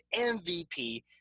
MVP